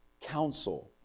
counsel